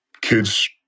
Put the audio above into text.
kids